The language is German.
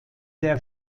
der